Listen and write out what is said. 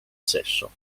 sesso